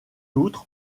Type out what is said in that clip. outre